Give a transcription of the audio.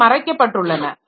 அவை மறைக்கப்பட்டுள்ளன